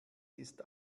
ist